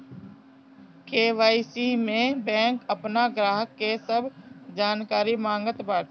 KYC में bank अपनी ग्राहक के सब जानकारी मांगत बाटे